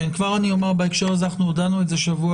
אני אומר בהקשר הזה שאנחנו הודענו בשבוע